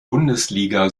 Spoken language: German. bundesliga